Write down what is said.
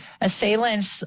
assailants